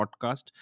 podcast